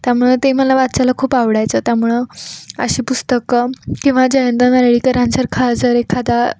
त्यामुळं ते मला वाचायला खूप आवडायचं त्यामुळं अशी पुस्तकं किंवा जयंत नारळीकरांसारखा जर एखादा